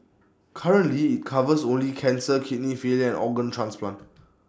currently IT covers only cancer kidney failure and organ transplant